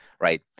right